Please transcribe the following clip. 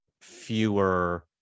fewer